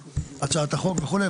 הצעת החוק וכולי.